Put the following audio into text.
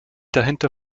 dahinter